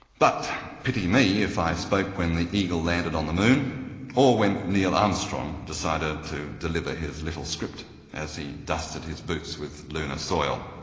but pity me if i spoke when the eagle landed on the moon or when neil armstrong armstrong decided to deliver his little script as he dusted his boots with lunar soil.